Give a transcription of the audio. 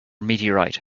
meteorite